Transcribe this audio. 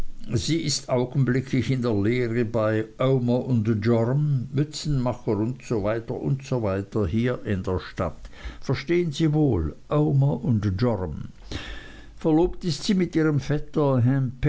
sie ist augenblicklich in der lehre bei omer joram mützenmacher und so weiter und so weiter hier in der stadt verstehen sie wohl omer joram verlobt ist sie mit ihrem vetter